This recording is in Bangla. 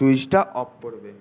সুইচটা অফ করবে